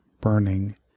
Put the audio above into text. burning